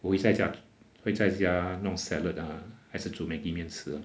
我会在家会在家弄 salad ah 还是煮 maggi 面吃